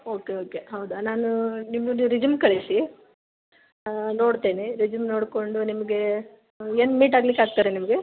okay okay ಹೌದಾ ನಾನು ನಿಮ್ಮದು ನೀವು ರಿಸ್ಯುಮ್ ಕಳಿಸಿ ನೋಡ್ತೇನೆ ರೆಸ್ಯುಮ್ ನೋಡಿಕೊಂಡು ನಿಮಗೆ ಎಲ್ಲಿ ಮೀಟ್ ಆಗ್ಲಿಕ್ಕೆ ಆಗ್ತೆ ರೀ ನಿಮಗೆ